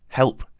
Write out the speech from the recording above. help!